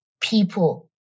people